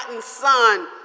Son